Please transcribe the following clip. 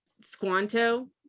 squanto